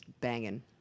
banging